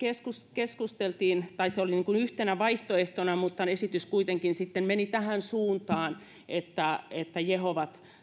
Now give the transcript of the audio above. keskusteltiin tai se oli yhtenä vaihtoehtona mutta nyt esitys kuitenkin sitten meni tähän suuntaan että että